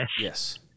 Yes